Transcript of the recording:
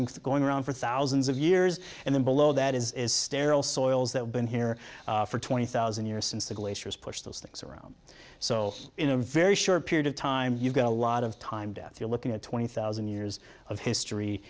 been going around for thousands of years and then below that is sterile soils that have been here for twenty thousand years since the glaciers pushed those things around so in a very short period of time you've got a lot of time death you're looking at twenty thousand years of history